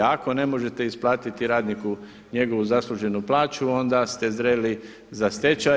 Ako ne možete isplatiti radniku njegovu zasluženu plaću, onda ste zreli za stečaj.